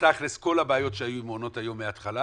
בתכלס כל הבעיות שהיו עם מעונות היום מהתחלה,